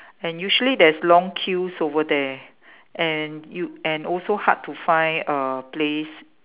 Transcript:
and usually there's long queues over there and you and also hard to find err place